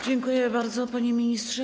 Dziękuję bardzo, panie ministrze.